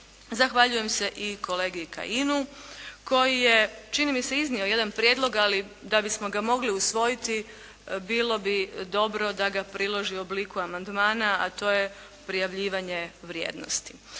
Zahvaljujem se i kolegi Kajinu koji je čini mi se iznio jedan prijedlog, ali da bismo ga mogli usvojiti bilo bi dobro da ga priloži u obliku amandmana, a to je prijavljivanje vrijednosti.